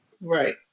Right